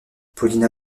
paulina